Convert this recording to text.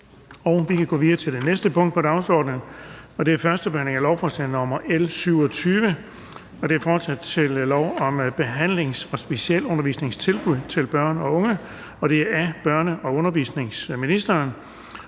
vedtaget. --- Det næste punkt på dagsordenen er: 5) 1. behandling af lovforslag nr. L 27: Forslag til lov om behandlings- og specialundervisningstilbud til børn og unge. Af børne- og undervisningsministeren